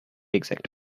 exact